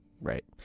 Right